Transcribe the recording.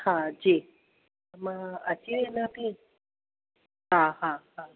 हा जी मां अची वञा थी हा हा हा